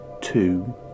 two